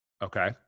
Okay